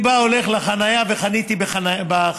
אני בא, הולך לחניה, וחניתי בחניון,